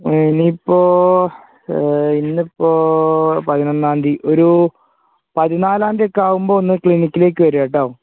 ഇനിയിപ്പോൾ ഇന്നിപ്പോൾ പതിനൊന്നാംന്തി ഒരു പതിനാലാംന്തി ഒക്കെ ആകുമ്പോൾ ഒന്ന് ക്ലിനിക്കിലേക്ക് വരിക കേട്ടോ